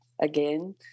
again